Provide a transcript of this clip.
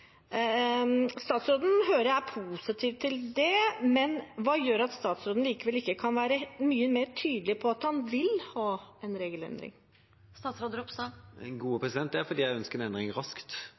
hører statsråden er positiv til det, men hva gjør at statsråden likevel ikke kan være mye mer tydelig på at han vil ha en regelendring? Det er fordi jeg ønsker en endring raskt.